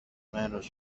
μέρος